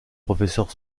professeur